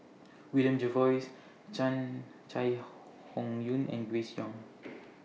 William Jervois Chai Hon Yoong and Grace Young